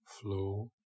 flow